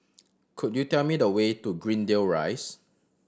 could you tell me the way to Greendale Rise